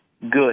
good